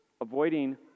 avoiding